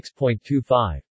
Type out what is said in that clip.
6.25